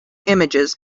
images